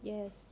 yes